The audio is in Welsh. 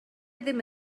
ddim